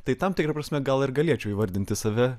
tai tam tikra prasme gal ir galėčiau įvardinti save